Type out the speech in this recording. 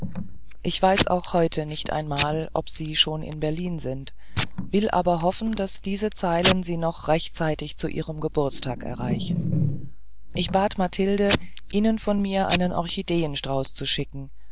her und auch heute weiß ich nicht einmal ob sie schon in berlin sind will aber hoffen daß diese zeilen sie noch rechtzeitig zu ihrem geburtstag erreichen ich bat mathilde ihnen von mir einen orchideenstrauß zu schicken